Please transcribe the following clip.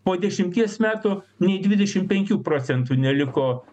po dešimties metų nei dvidešim penkių procentų neliko